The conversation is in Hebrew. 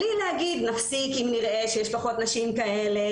זה בלי להגיד שנפסיק אם נראה שיש פחות נשים כאלה,